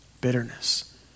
bitterness